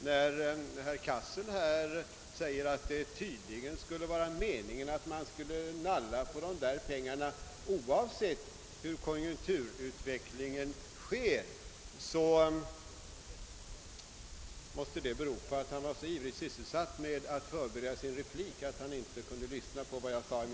Att herr Cassel gör gällande att det tydligen är meningen att man skall kunna nalla av dessa pengar oavsett hur konjunkturerna utvecklas måste bero på att han var så ivrigt sysselsatt med att förbereda sin replik att han inte lyssnade på vad jag sade.